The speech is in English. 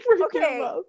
Okay